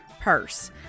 purse